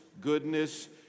goodness